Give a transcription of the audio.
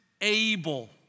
able